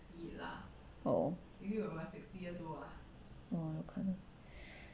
oh oh 看